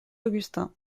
augustin